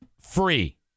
free